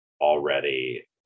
already